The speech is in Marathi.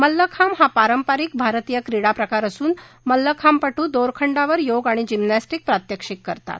मल्लखांब हा पारंपारिक भारतीय क्रीडा प्रकार असून मल्लखांबपटू दोरखडावर योग आणि जिमनॅस्टीक प्रात्यक्षिक करतात